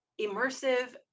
immersive